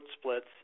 splits